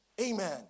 Amen